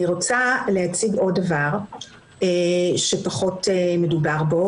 אני רוצה להציג עוד דבר שפחות מדובר עליו,